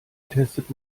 testet